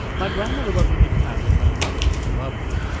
my grandmother wasn't a big fan, but my mother loved it.